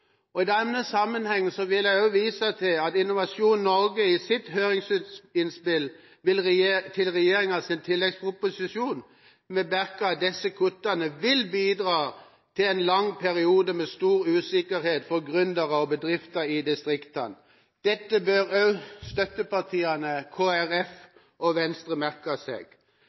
midlene. I denne sammenheng vil jeg også vise til at Innovasjon Norge i sitt høringsinnspill til regjeringas tilleggsproposisjon bemerket at disse kuttene vil bidra til en lang periode med stor usikkerhet for gründere og bedrifter i distriktene. Dette bør også støttepartiene Kristelig Folkeparti og Venstre merke seg.